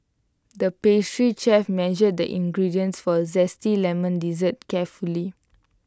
the pastry chef measured the ingredients for A Zesty Lemon Dessert carefully